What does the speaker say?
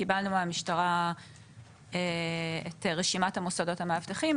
קיבלנו מהמשטרה את רשימת המוסדות המאבטחים,